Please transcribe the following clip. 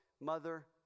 mother